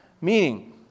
meaning